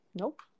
Nope